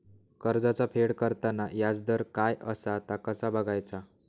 कर्जाचा फेड करताना याजदर काय असा ता कसा बगायचा?